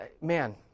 man